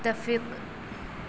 متفق